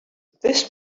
this